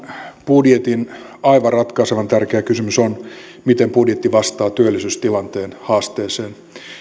budjetin aivan ratkaisevan tärkeä kysymys on miten budjetti vastaa työllisyystilanteen haasteeseen